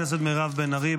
מירב בן ארי,